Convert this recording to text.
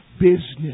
business